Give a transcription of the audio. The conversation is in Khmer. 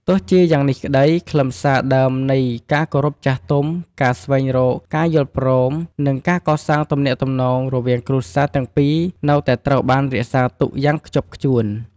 ទោះជាយ៉ាងនេះក្តី ខ្លឹមសារដើមនៃ ការគោរពចាស់ទុំ ការស្វែងរកការយល់ព្រម និងការកសាងទំនាក់ទំនងរវាងគ្រួសារទាំងពីរនៅតែត្រូវបានរក្សាទុកយ៉ាងខ្ជាប់ខ្ជួន។